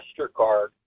MasterCard